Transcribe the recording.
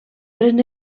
pren